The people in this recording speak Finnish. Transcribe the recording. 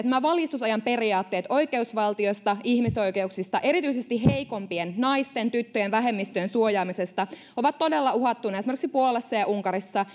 nämä valistusajan periaatteet oikeusvaltiosta ihmisoikeuksista ja erityisesti heikompien naisten tyttöjen vähemmistöjen suojaamisesta ovat todella uhattuina esimerkiksi puolassa ja ja unkarissa